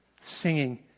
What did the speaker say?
singing